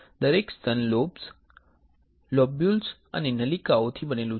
દરેક સ્તન lobes lobules અને નલિકાઓથી બનેલું છે